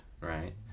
right